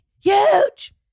huge